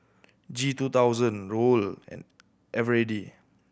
G two thousand Raoul and Eveready